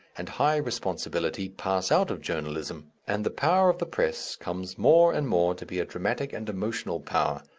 and high responsibility pass out of journalism, and the power of the press comes more and more to be a dramatic and emotional power,